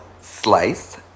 Slice